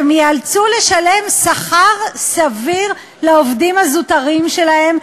שהם ייאלצו לשלם שכר סביר לעובדים הזוטרים שלהם,